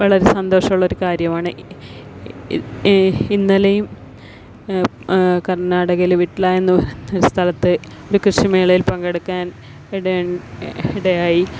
വളരെ സന്തോഷമുള്ള ഒരു കാര്യമാണ് ഇന്നലെയും കർണാടകയിലെ വിട്ട്ല എന്ന സ്ഥലത്ത് ഒരു കൃഷി മേളയിൽ പങ്കെടുക്കാൻ ഇടയുണ്ട് ഇടയായി